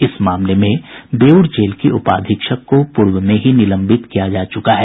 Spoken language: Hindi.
इस मामले में बेऊर जेल के उपाधीक्षक को पूर्व में ही निलंबित किया जा चुका है